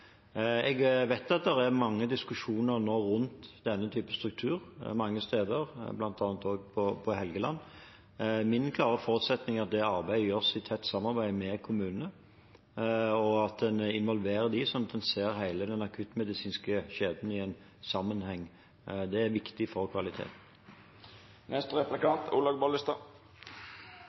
Jeg vet at det nå er mange diskusjoner om denne typen strukturer mange steder, bl.a. også på Helgeland. Min klare forutsetning er at det arbeidet gjøres i tett samarbeid med kommunene, og at en involverer dem, sånn at en ser hele den akuttmedisinske kjeden i en sammenheng. Det er viktig for